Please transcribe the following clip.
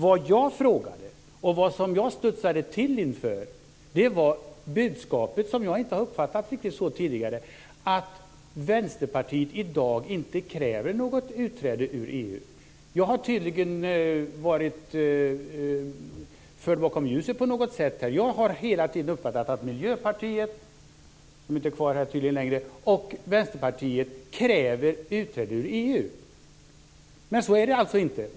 Vad jag frågade och studsade till inför var det budskap som jag inte riktigt har uppfattat så tidigare, nämligen att Vänsterpartiet i dag inte kräver något utträde ur EU. Jag har tydligen varit förd bakom ljuset. Jag har hela tiden uppfattat att Miljöpartiet - som tydligen inte är kvar här längre - och Vänsterpartiet kräver utträde ur EU. Men så är det alltså inte.